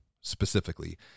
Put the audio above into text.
specifically